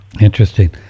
Interesting